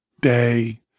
day